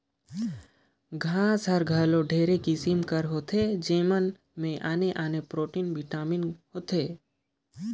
घांस हर घलो ढेरे किसिम कर होथे जेमन में आने आने प्रोटीन, बिटामिन होथे